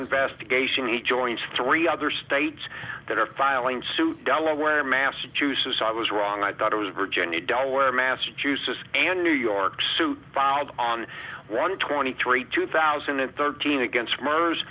investigation he joins three other states that are filing suit delaware massachusetts i was wrong i thought it was virginia delaware massachusetts and new york suit filed on one twenty three two thousand and thirteen against m